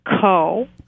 Co